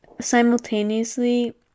Simultaneously